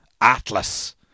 Atlas